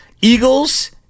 Eagles